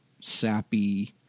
sappy